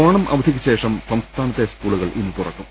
ഓണാവധിക്കുശേഷം സംസ്ഥാനത്തെ സ്കൂളുകൾ ഇന്ന് തുറക്കും